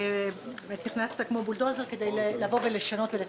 כמו בולדוזר כדי לבוא לשנות ולתקן.